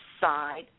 side